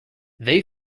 they